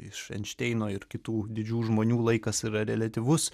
iš einšteino ir kitų didžių žmonių laikas yra reliatyvus